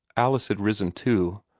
alice had risen too,